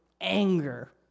anger